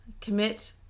Commit